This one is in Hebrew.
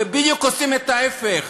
ועושים בדיוק את ההפך.